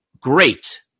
great